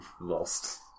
lost